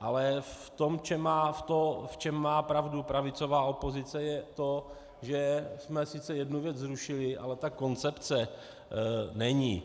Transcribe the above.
Ale to, v čem má pravdu pravicová opozice, je to, že jsme sice jednu věc zrušili, ale ta koncepce není.